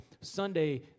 Sunday